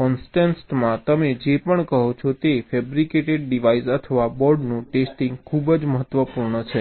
કોન્ટેક્સટમાં તમે જે પણ કહો છો તે ફેબ્રિકેટેડ ડિવાઇસ અથવા બોર્ડનું ટેસ્ટિંગ ખૂબ જ મહત્વપૂર્ણ છે